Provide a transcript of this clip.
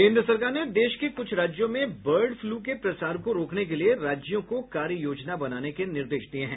केन्द्र सरकार ने देश के कुछ राज्यों में बर्ड फ्लू के प्रसार को रोकने के लिये राज्यों को कार्य योजना बनाने के निर्देश दिये हैं